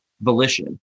volition